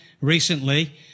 recently